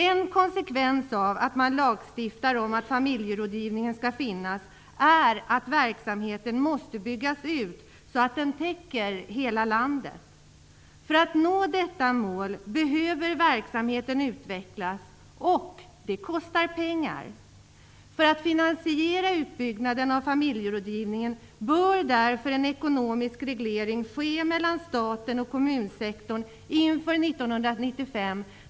En konsekvens av att man lagstiftar om att familjerådgivningen skall finnas är att verksamheten måste byggas ut så att den täcker hela landet. För att nå detta mål behöver verksamheten utvecklas, och det kostar pengar. För att finansiera utbyggnaden av familjerådgivningen bör därför en ekonomisk reglering ske mellan staten och kommunsektorn inför 1995.